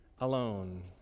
alone